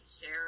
share